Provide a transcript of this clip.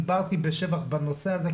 דיברתי בשבח בנושא הזה,